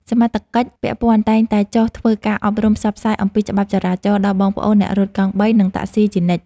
សមត្ថកិច្ចពាក់ព័ន្ធតែងតែចុះធ្វើការអប់រំផ្សព្វផ្សាយអំពីច្បាប់ចរាចរណ៍ដល់បងប្អូនអ្នករត់កង់បី និងតាក់ស៊ីជានិច្ច។